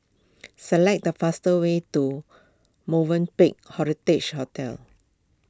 select the faster way to Movenpick Heritage Hotel